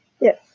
Yes